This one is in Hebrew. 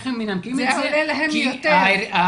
זה עולה להם יותר.